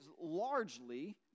largely